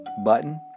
button